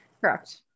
correct